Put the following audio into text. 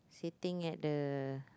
sitting at the